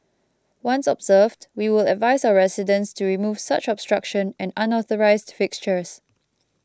once observed we will advise our residents to remove such obstruction and unauthorised fixtures